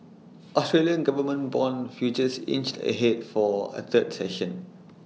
Australian government Bond futures inched ahead for A third session